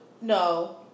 No